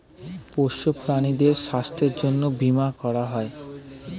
পোষ্য প্রাণীদের স্বাস্থ্যের জন্যে বীমা করা হয়